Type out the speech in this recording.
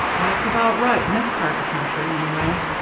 that's about right, in this part of the country, anyway.